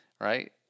right